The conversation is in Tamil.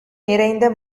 நிறைந்த